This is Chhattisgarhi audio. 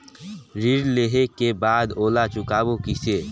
ऋण लेहें के बाद ओला चुकाबो किसे?